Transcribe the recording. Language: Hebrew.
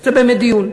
זה באמת דיון.